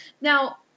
Now